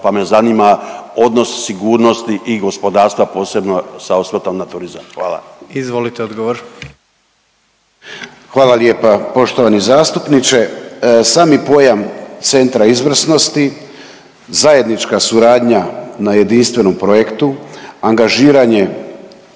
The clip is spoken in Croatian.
pa me zanima odnos sigurnosti i gospodarstva posebno sa osvrtom na turizam. Hvala. **Jandroković, Gordan (HDZ)** Izvolite odgovor. **Medved, Tomo (HDZ)** Hvala lijepa poštovani zastupniče. Sami pojam centra izvrsnosti zajednička suradnja na jedinstvenom projektu, angažiranja